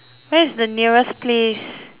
where's the nearest place